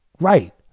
right